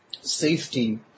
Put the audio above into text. safety